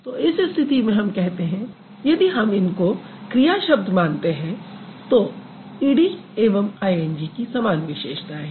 तो इस स्थिति में हम कहते हैं कि यदि हम इनको क्रिया शब्द मानते हैं तो ई डी एवं आईएनजी की समान विशेषताएँ हैं